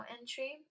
entry